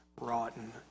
rotten